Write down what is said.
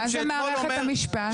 מה זה מערכת המשפט?